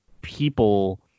people